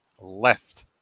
left